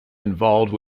involved